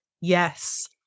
yes